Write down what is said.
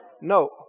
No